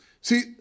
See